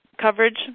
coverage